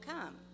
come